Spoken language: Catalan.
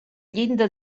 llinda